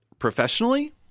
Professionally